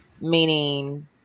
meaning